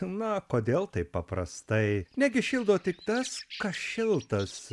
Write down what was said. na kodėl taip paprastai negi šildo tik tas kas šiltas